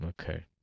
Okay